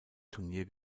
turnier